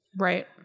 Right